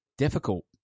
difficult